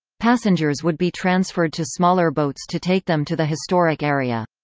passengers would be transferred to smaller boats to take them to the historic area.